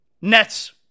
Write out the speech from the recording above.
Nets